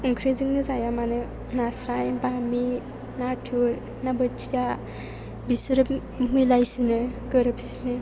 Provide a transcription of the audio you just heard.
ओंख्रिजोंनो जाया मानो नास्राय बामि नाथुर ना बोथिया बिसोरो मिलायसिनो गोरोबसिनो